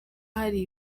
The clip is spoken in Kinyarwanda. hari